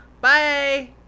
Bye